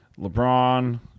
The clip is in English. LeBron